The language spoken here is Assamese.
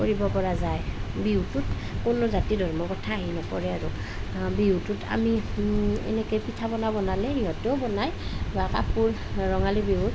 কৰিব পৰা যায় বিহুটোত কোনো জাতি ধৰ্মৰ কথা আহি নপৰে আৰু বিহুটোত আমি এনেকৈ পিঠা পনা বনালে সিহঁতেও বনায় বা কাপোৰ ৰঙালী বিহুত